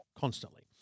constantly